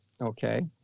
Okay